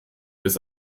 bis